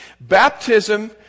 Baptism